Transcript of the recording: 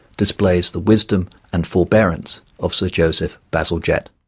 displays the wisdom and forbearance of sir joseph bazalgette.